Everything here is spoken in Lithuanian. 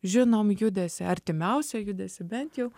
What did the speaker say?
žinom judesį artimiausią judesį bent jau